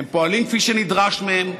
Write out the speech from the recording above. הם פועלים כפי שנדרש מהם,